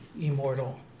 immortal